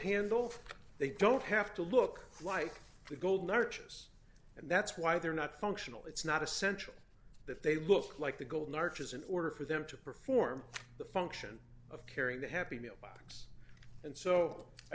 handle they don't have to look like the golden arches and that's why they're not functional it's not essential that they look like the golden arches in order for them to perform the function of carrying the happy meal box and so i